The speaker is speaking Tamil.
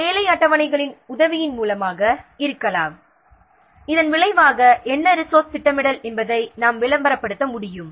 வேலை அட்டவணைகளின் உதவியின் மூலமாக இருக்கலாம் இதன் விளைவாக என்ன ரிசோர்ஸ் திட்டமிடல் என்பதை நாம் விளம்பரப்படுத்த முடியும்